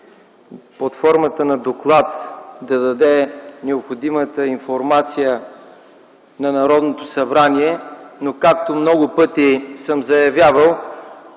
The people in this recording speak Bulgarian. под формата на доклад да даде необходимата информация на Народното събрание, но както много пъти съм заявявал,